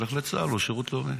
שילך לצה"ל או לשירות לאומי.